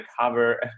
cover